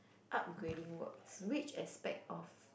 upgrading works which aspect of